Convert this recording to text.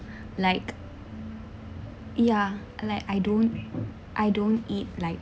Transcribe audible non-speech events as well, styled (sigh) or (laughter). (breath) like ya like I don't I don't eat like